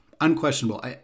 Unquestionable